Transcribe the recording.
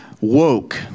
woke